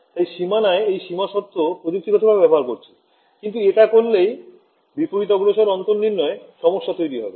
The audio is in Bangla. তাই সীমানায় এই সীমা শর্ত প্রযুক্তিগত ভাবে ব্যবহার করছি কিন্তু এটা করলেই বিপরীতগ্রসর পার্থক্য নির্ণয়ে সমস্যা তৈরি হবে